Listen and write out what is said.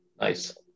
nice